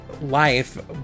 life